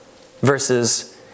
Versus